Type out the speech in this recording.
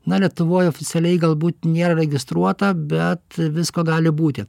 na lietuvoj oficialiai galbūt nėra registruota bet visko gali būti